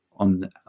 on